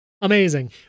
amazing